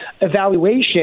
evaluation